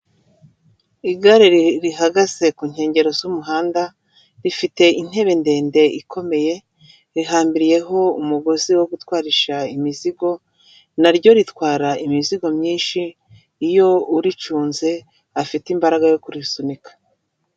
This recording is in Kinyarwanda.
Igare rihagaze ku nkengero z'umuhanda rifite intebe ndende ikomeye, rihambiriyeho umugozi wo gutwarisha imizigo, naryo ritwara imizigo myinshi, iyo uricunze afite imbaraga yo kurisunika.